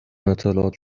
اطلاعات